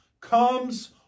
comes